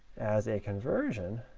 as a conversion